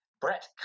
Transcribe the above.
Brett